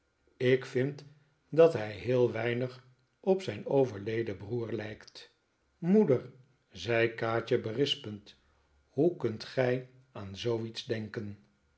ik vind dat hij heel weinig op zijn overleden broer lijkt moeder zei kaatje berispend hoe kunt gij aan zooiets denken